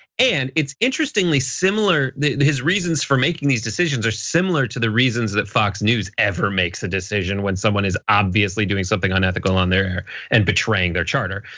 and it's interestingly similar that his reasons for making these decisions are similar to the reasons that fox news ever makes a decision when someone is obviously doing something unethical um and betraying their charter.